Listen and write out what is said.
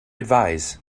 advise